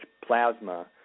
plasma